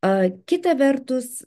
o kita vertus